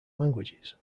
languages